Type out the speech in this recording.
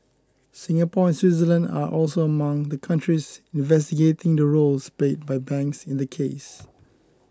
Singapore and Switzerland are also among the countries investigating the roles played by banks in the case